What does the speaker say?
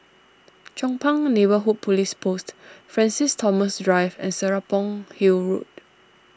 Chong Pang Neighbourhood Police Post Francis Thomas Drive and Serapong Hill Road